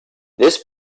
this